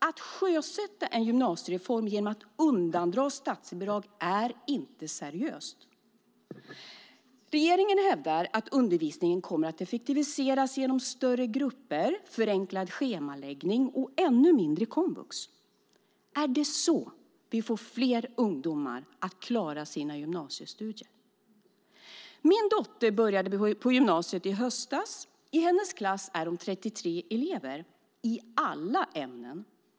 Att sjösätta en ny gymnasiereform genom att undandra statsbidrag är inte seriöst. Regeringen hävdar att undervisningen kommer att effektiviseras genom större grupper, förenklad schemaläggning och ännu mindre komvux. Är det så vi får fler ungdomar att klara sina gymnasiestudier? Min dotter började på gymnasiet i höstas. I hennes klass är de 33 elever - i alla ämnen.